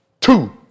Two